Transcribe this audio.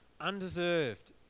undeserved